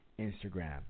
Instagram